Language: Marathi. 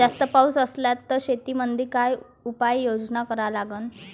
जास्त पाऊस असला त शेतीमंदी काय उपाययोजना करा लागन?